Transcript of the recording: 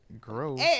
gross